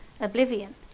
oblivion